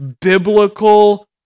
biblical